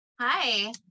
Hi